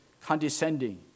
condescending